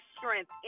strength